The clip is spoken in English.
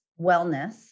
wellness